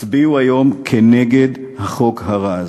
הצביעו היום נגד החוק הרע הזה.